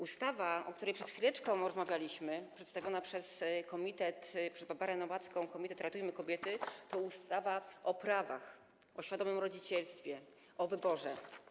Ustawa, o której przed chwileczką rozmawialiśmy, przedstawiona przez Barbarę Nowacką, komitet „Ratujmy kobiety”, to ustawa o prawach, o świadomym rodzicielstwie, o wyborze.